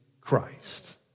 Christ